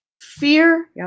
fear